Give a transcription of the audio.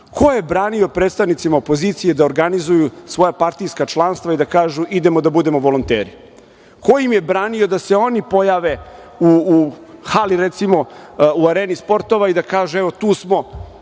je branio predstavnicima opozicije da organizuju svoja partijska članstva i da kažu - idemo da budemo volonteri? Ko im je branio da se oni pojave, recimo, u Areni sportova i da kažu - evo, tu smo,